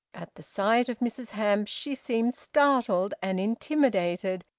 at the sight of mrs hamps she seemed startled and intimidated,